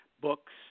books